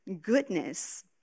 goodness